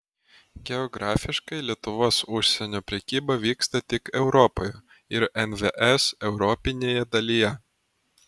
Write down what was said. geografiškai lietuvos užsienio prekyba vyksta tik europoje ir nvs europinėje dalyje